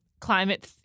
climate